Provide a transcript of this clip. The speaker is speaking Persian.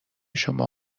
شما